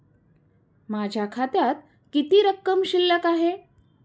माझ्या खात्यात किती रक्कम शिल्लक आहे?